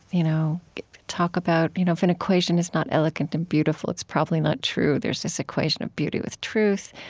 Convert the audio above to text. you know talk about you know if an equation is not elegant and beautiful, it's probably not true. there's this equation of beauty with truth.